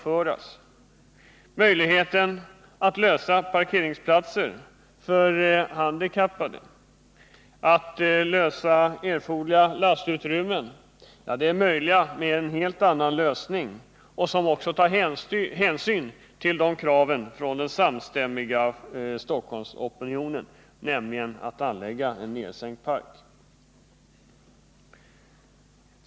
Frågan om parkeringsplatser för handikappade och frågan om erforderliga lastutrymmen kan ges en helt annan lösning, där hänsyn tas till kraven från en samstämmig Stockholmsopinion. Den lösningen består i att anlägga en 1edsänkt park.